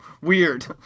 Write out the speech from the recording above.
weird